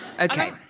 Okay